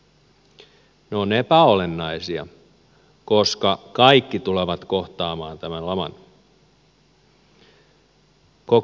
ne ovat epäolennaisia koska kaikki tulevat kohtaamaan tämän laman koko maailma